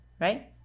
right